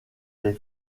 des